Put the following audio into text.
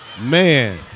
Man